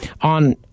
on